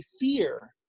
fear